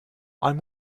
i’m